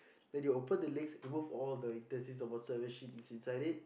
then you open the legs remove all the intestine or whatsoever shit is inside it